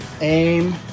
aim